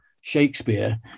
Shakespeare